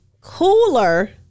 cooler